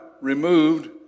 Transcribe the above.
removed